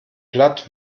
platt